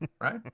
Right